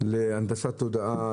להנדסת תודעה,